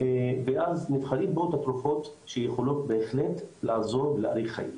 ואז נבחר את התרופות שיכולות בהחלט לעזור להאריך חיים.